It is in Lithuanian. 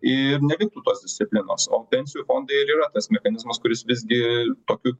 ir neliktų tos disciplinos o pensijų fondai ir yra tas mechanizmas kuris visgi tokiu